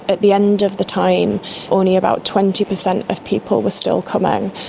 at the end of the time only about twenty percent of people were still coming.